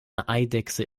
eidechse